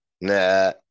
Nah